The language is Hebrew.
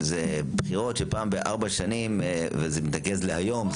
זה בחירות של פעם בארבע שנים וזה מתנקז להיום.